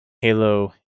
Halo